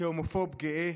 כהומופוב גאה